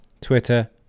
Twitter